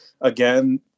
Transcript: again